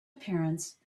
appearance